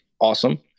awesome